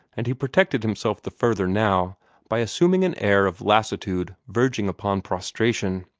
and he protected himself the further now by assuming an air of lassitude verging upon prostration.